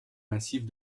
massifs